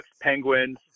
penguins